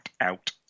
out